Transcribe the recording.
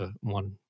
one